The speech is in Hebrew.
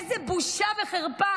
איזו בושה וחרפה.